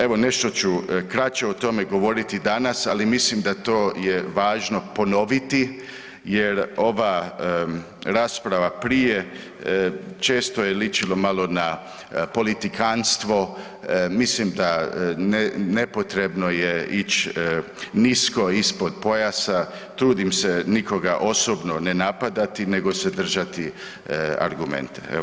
Evo nešto su kraće o tome govoriti danas, ali mislim da to je važno ponoviti jer ova rasprava prije često je ličilo malo na politikanstvo, mislim da nepotrebno je ići nisko ispod pojasa, trudim se nikoga osobno ne napadati nego se držati argumenata.